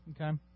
Okay